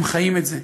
הם חיים את זה,